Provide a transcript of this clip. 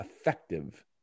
effective